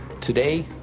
Today